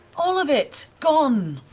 all of it. gone.